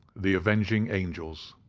the avenging angels.